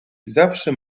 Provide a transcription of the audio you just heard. zawsze